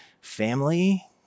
family